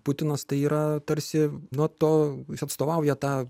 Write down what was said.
putinas tai yra tarsi nuo to jis atstovauja tą